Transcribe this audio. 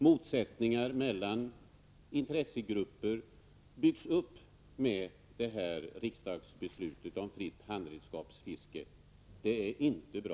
Med det stundande riksdagsbeslutet om fritt handredskapsfiske byggs det upp motsättningar mellan intressegrupper. Det är inte bra.